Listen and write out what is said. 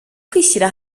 kwishyira